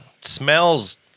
smells